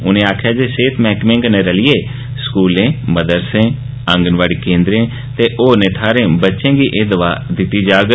उनें आक्खेआ जे सेहत मैह्कमे कन्नै रलियै स्कूलें मदरसे आंगनवाड़ी केन्द्रें ते होरने थाहरें बच्चे गी एह दवा दित्ती जाग